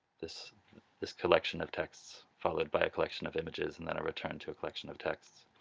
this this collection of texts followed by a collection of images and then a return to a collection of texts.